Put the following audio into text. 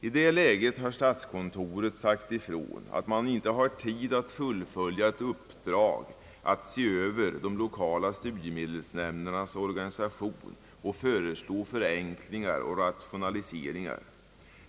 I det läget har statskontoret sagt ifrån, att det inte har tid att fullfölja uppdraget att se över de lokala studiemedelsnämndernas organisation och föreslå förenklingar och rationaliseringar.